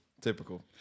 Typical